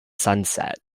sunset